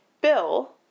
Bill